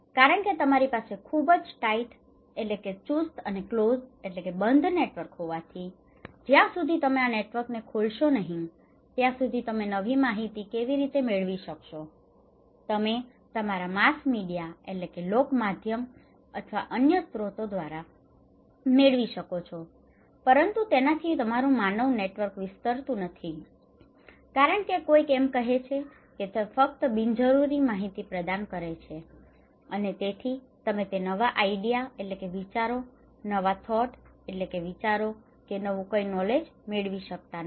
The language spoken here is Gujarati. કારણ કે તમારી પાસે ખૂબ જ ટાઇટ tight ચુસ્ત અને કલોસ close બંધ નેટવર્ક હોવાથી જ્યાં સુધી તમે આ નેટવર્કને ખોલશો નહીં ત્યાં સુધી તમે નવી માહિતી કેવી રીતે મેળવી શકશો તમે તમારા માસ મીડિયા mass media લોક માધ્યમ અથવા અન્ય સ્રોતો દ્વારા મેળવી શકો છો પરંતુ તેનથી તમારું માનવ નેટવર્ક વિસ્તરતું નથી કારણ કે કોઈક એમ કહે છે કે તે ફક્ત બિનજરૂરી માહિતી પ્રદાન કરે છે અને તેથી તમે તે નવા આઇડિયા ideas વિચારો નવા થૉટ thought વિચારો કે નવું કંઈ નૉલેજ મેળવી શકતા નથી